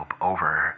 Over